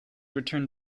return